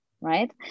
right